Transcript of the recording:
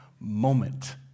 moment